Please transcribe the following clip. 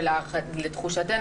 לתחושתנו.